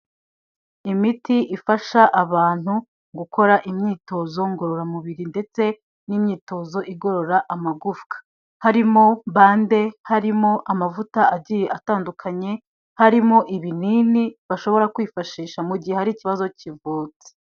Imiti ifasha abantu gukora imyitozo ngororamubiri ndetse n'imyitozo igorora amagufwa, harimo bande, harimo amavuta agiye atandukanye, harimo ibinini bashobora kwifashisha mu gihe hari ikibazo kivutse.